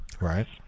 right